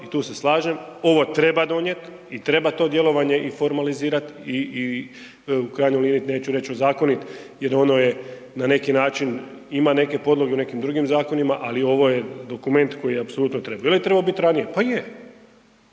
i tu se slažem, ovo treba donijeti i treba to djelovanje i formalizirat i u krajnjoj liniji neću reći ozakonit jer ono je na neki način ima neke podloge u nekim drugim zakonima, ali ovo je dokument koji apsolutno treba. Jel trebao biti ranije? Pa je,